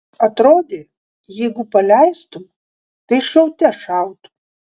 atrodė jeigu paleistum tai šaute šautų